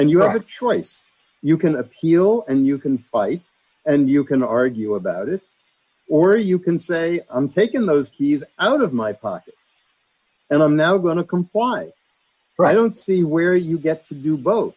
and you have a choice you can appeal and you can fight and you can argue about it or you can say i'm taking those peeves out of my pocket and i'm now going to comply but i don't see where you get to do both